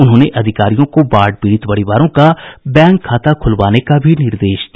उन्होंने अधिकारियों को बाढ़ पीड़ित परिवारों का बैंक खाता खुलवाने का निर्देश दिया